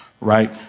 right